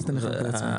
מסתמכת רק על עצמה.